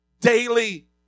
daily